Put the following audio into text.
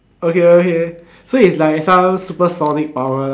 okay okay so is like some supersonic power lah